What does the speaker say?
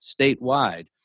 statewide